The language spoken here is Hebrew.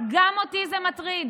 גם אותי זה מטריד